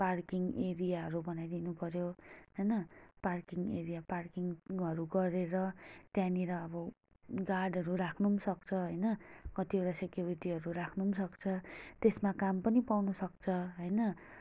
parking एरियाहरू बनाइदिनुपर्यो होइन पार्किङ एरिया पार्किङहरू गरेर त्यहाँनिर अब गार्डहरू राख्नु पनि सक्छ होइन कतिवटा सेक्युरिटीहरू राख्नु पनि सक्छ त्यसमा काम पनि पाउनु सक्छ होइन